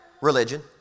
Religion